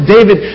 David